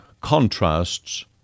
contrasts